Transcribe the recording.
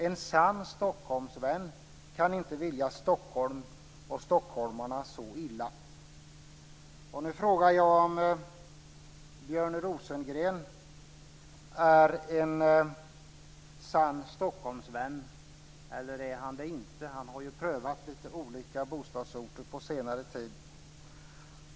En sann Stockholmsvän kan inte vilja Stockholm och stockholmarna så illa. Nu frågar jag om Björn Rosengren är en sann Stockholmsvän eller inte. Han har ju prövat lite olika bostadsorter på senare tid.